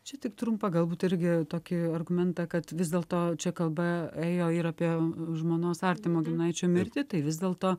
čia tik trumpą galbūt irgi tokį argumentą kad vis dėlto čia kalba ėjo ir apie žmonos artimo giminaičio mirtį tai vis dėl to